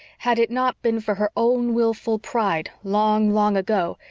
had it not been for her own wilful pride long, long ago,